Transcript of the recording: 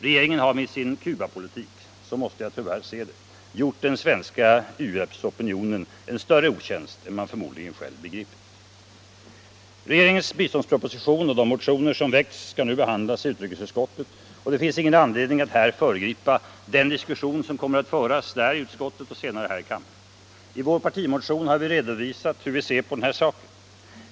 Regeringen har med sin Cubapolitik gjort den svenska u-hjälpsopinionen en större otjänst än man förmodligen själv begripit. Regeringens biståndsproposition och de motioner som väckts skall nu behandlas i utrikesutskottet, och det finns ingen anledning att här föregripa den diskussion som kommer att föras i utskottet och senare här i kammaren. I vår partimotion har vi redovisat hur vi ser på den här saken.